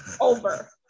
over